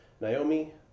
Naomi